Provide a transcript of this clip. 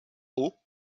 haut